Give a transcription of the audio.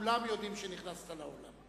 כולם יודעים שנכנסת לאולם.